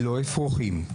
ולא אפרוחים.